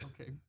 okay